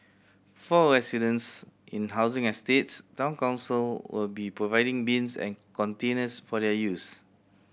for residents in housing estates Town Council will be providing bins and containers for their use